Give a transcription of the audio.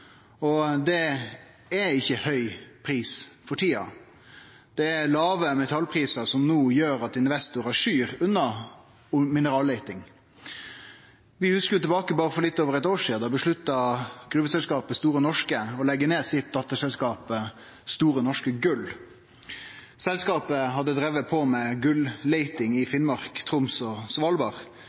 og det er ikkje høg pris for tida. Det er låge metallprisar som no gjer at investorar skyr unna mineralleiting. For litt over eit år sidan bestemte gruveselskapet Store Norske seg for å leggje ned dotterselskapet sitt, Store Norske Gull. Selskapet hadde drive med gulleiting i Finnmark, Troms og